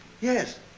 Yes